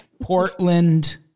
Portland